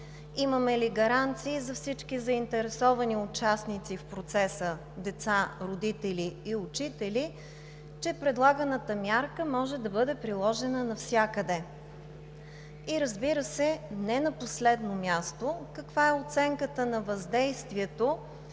Имаме ли гаранция за всички заинтересовани участници в процеса – деца, родители и учители, че предлаганата мярка може да бъде приложена навсякъде? Разбира се, не на последно място, каква е оценката на въздействието